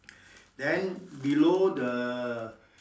then below the